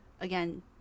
again